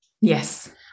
Yes